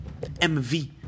MV